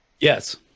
yes